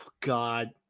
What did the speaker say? God